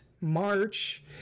march